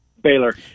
Baylor